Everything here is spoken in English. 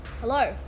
hello